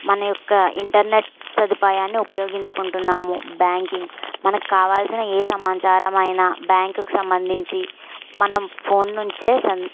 మన యొక్క ఇంటర్నెట్ సదుపాయాన్ని ఉపయోగించుకుంటున్నాము బ్యాంకింగ్ మనకు కావాల్సిన ఏ సమాచారం అయిన బ్యాంకుకి సంబంధించి మనం ఫోన్ నుంచి సం